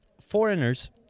Foreigners